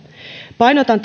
painotan